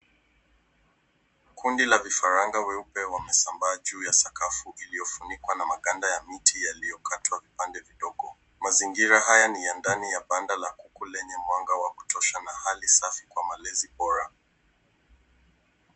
Kundi la vifaranga weupe wamesambaa juu ya sakafu iliyofunikwa na maganda ya miti yaliyokatwa vipande vidogo. Mazingira haya ni ya ndani ya banda la kuku lenye mwanga wa kutosha na hali safi kwa malezi bora.